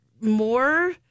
more